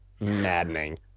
maddening